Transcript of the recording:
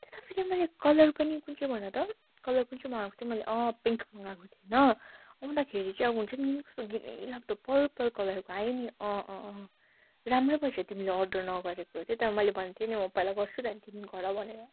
त्यसमा फेरि मैले कलर पनि कुन चाहिँ भन त कलर कुन चाहिँ मगाएको थिएँ मैले अँ पिङ्क मगाएको थिएँ होइन आउँदाखेरि चाहिँ अब हुन्छ नि कोनि कस्तो घिनैलाग्दो परपल कलरको आयो नि अँ अँ अँ राम्रो भएछ तिमीले अर्डर नगरेको त्यही त मैले भनेको थिएँ नि म पहिला गर्छु त्यहाँदेखि तिमी गर भनेर